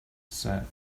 said